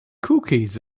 cookies